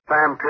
Sam